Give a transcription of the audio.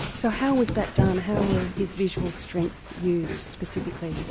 so how was that done, how were his visual strengths used specifically?